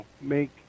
make